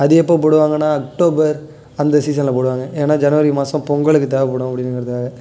அது எப்போ போடுவாங்கன்னால் அக்டோபர் அந்த சீசனில் போடுவாங்க ஏன்னால் ஜனவரி மாதம் பொங்கலுக்கு தேவைப்படும் அப்படிங்கிறதுக்காக